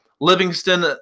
Livingston